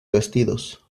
vestidos